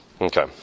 okay